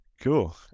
Cool